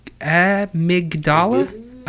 amygdala